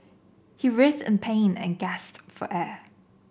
he writhes in pain and guessed for air